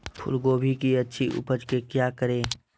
फूलगोभी की अच्छी उपज के क्या करे?